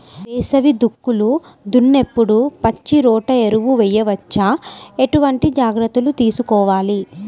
వేసవి దుక్కులు దున్నేప్పుడు పచ్చిరొట్ట ఎరువు వేయవచ్చా? ఎటువంటి జాగ్రత్తలు తీసుకోవాలి?